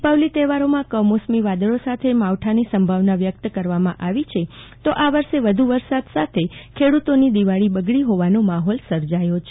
દિપાવલી તહેવારોમાં કમોસમી વાદળો સાથે માવઠાની સંભાવના વ્યક્ત કરવામાં આવી છે તો આ વર્ષે વધુ વરસાદના પગલે ખેડૂતપુત્રોની દિવાળી બગડી હોવાનો માહોલ સર્જાયો છે